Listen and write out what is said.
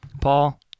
Paul